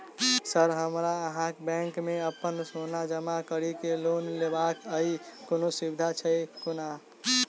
Sir हमरा अहाँक bank मे अप्पन सोना जमा करि केँ लोन लेबाक अई कोनो सुविधा छैय कोनो?